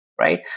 right